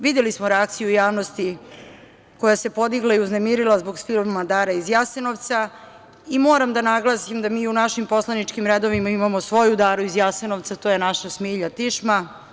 Videli smo reakciju javnosti koja se podigla i uznemirila zbog filma „Dara iz Jasenovca“ i moram da naglasim da mi u našim poslaničkim redovima imamo svoju Daru iz Jasenovca, to je naša Smilja Tišma.